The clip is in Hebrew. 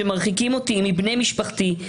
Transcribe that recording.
שמרחיקים אותי מבני משפחתי.